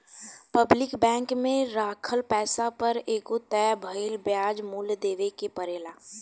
public bank में राखल पैसा पर एगो तय भइल ब्याज मूल्य देवे के परेला